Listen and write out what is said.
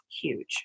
huge